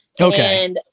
okay